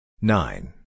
Nine